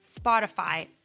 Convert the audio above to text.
Spotify